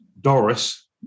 Doris